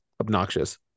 obnoxious